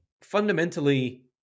fundamentally